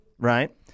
Right